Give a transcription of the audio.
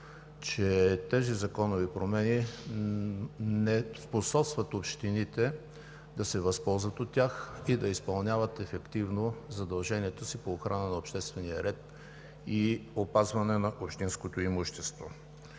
че тези законови промени не способстват общините да се възползват от тях и да изпълняват ефективно задълженията си по охрана на обществения ред и опазване на общинското имущество.